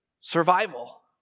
survival